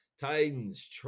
Titans